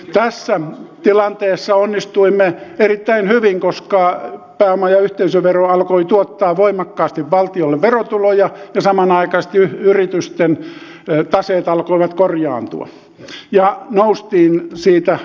tässä tilanteessa onnistuimme erittäin hyvin koska pääoma ja yhteisövero alkoi tuottaa voimakkaasti valtiolle verotuloja ja samanaikaisesti yritysten taseet alkoivat korjaantua ja noustiin siitä